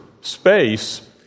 space